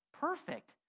perfect